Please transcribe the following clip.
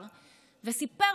וסיפר בהתרגשות